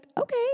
okay